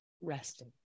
resting